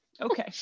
Okay